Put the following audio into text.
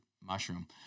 mushroom